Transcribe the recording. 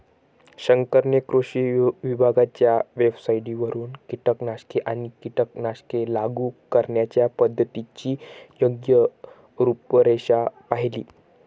शंकरने कृषी विभागाच्या वेबसाइटवरून कीटकनाशके आणि कीटकनाशके लागू करण्याच्या पद्धतीची योग्य रूपरेषा पाहिली